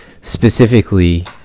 specifically